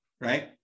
right